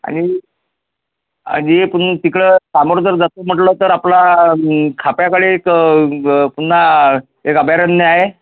आणि आणि पून तिकडं समोर जर जातो म्हटलं तर आपला खाप्याकाळी एक पुन्हा एक अभयारण्य आहे